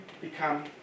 become